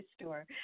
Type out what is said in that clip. store